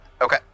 Okay